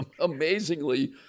Amazingly